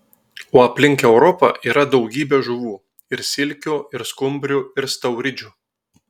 o aplink europą yra daugybė žuvų ir silkių ir skumbrių ir stauridžių